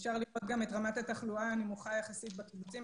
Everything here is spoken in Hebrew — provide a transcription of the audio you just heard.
אפשר לראות גם את רמת התחלואה הנמוכה יחסית בקיבוצים,